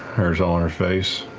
hair's all in her face.